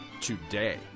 today